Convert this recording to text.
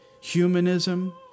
humanism